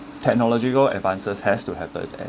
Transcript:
technological advances has to happen